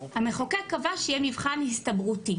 המחוקק קבע שיהיה מבחן הסתברותי,